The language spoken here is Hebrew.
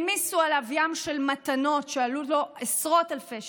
העמיסו עליו ים של מתנות שעלו לו עשרות אלפי שקלים,